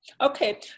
Okay